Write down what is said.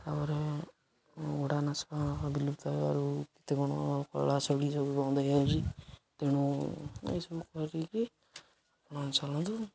ତାପରେ ଘୋଡ଼ା ନାଚ ବିଲୁପ୍ତ ହେବାରୁ କେତେ କ'ଣ କଳା ଶୈଳୀ ସବୁ ବନ୍ଦ ହେଇଯାଉଛି ତେଣୁ ଏଇସବୁ କରିକି ଆଣି ଚାଲନ୍ତୁ